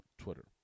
Twitter